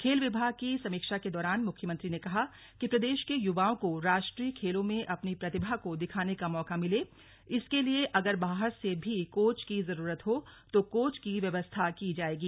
खेल विभाग की समीक्षा के दौरान मुख्यमंत्री ने कहा कि प्रदेश के युवाओं को राष्ट्रीय खेलों में अपनी प्रतिभा को दिखाने का मौका मिले इसके लिए अगर बाहर से भी कोच की की जरूरत हो तो कोच की व्यवस्था की जाएगी